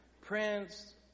Prince